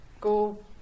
Go